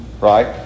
right